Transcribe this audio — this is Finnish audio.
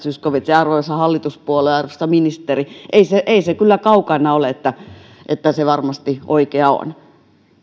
zyskowicz arvoisa hallituspuolue ja arvoisa ministeri nyt kyllä kaukana ole siitä että se varmasti oikea on